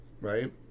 right